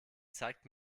zeigt